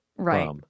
Right